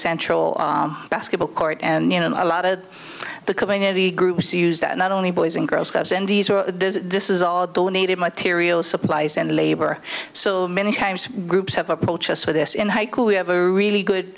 central basketball court and in a lot of the community groups use that not only boys and girls clubs and this is all donated materials supplies and labor so many times groups have approached us with this in high school we have a really good